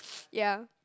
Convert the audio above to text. yeah